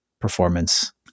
performance